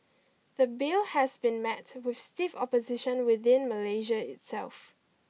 the bill has been met with stiff opposition within Malaysia itself